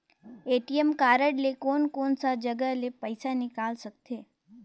ATM card ले कोन कोन सा जगह ले पइसा निकाल सकथे?